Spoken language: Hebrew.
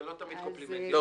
זה לא תמיד קומפלימנטים.